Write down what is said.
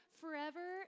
forever